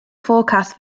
forecast